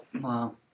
Wow